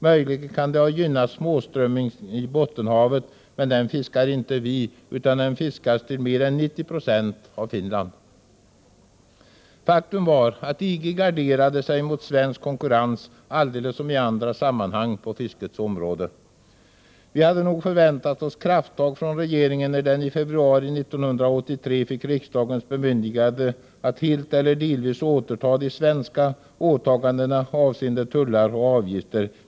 Möjligen kan det ha gynnat fisket av småströmmingen i Bottenhavet, men den fiskar inte vi, utan den fiskas till mer än 90 96 av Finland. Faktum var att EG garderade sig mot svensk konkurrens, precis som i andra sammanhang på fiskets område. Vi hade nog förväntat oss krafttag från regeringen, när den i februari 1983 fick riksdagens bemyndigande att helt eller delvis återta de svenska åtagandena avseende tullar och avgifter.